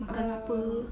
uh